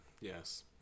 Yes